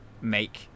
make